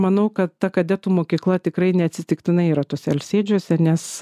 manau kad ta kadetų mokykla tikrai neatsitiktinai yra tuose alsėdžiuose nes